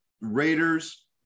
Raiders